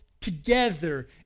together